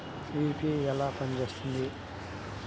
UPI ఎలా పనిచేస్తుంది?